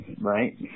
right